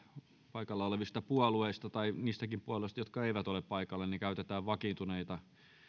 paikalla olevista puolueista tai niistäkin puolueista jotka eivät ole paikalla niin käytetään vakiintuneita